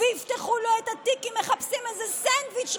ויפתחו לו את התיק כי מחפשים איזה סנדוויץ',